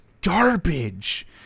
garbage